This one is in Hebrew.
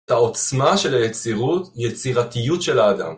העוצמה של היצירות יצירתיות של האדם